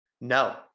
no